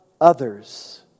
others